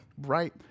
right